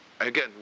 again